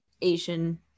Asian